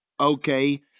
okay